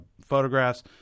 photographs